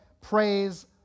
praise